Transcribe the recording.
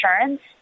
insurance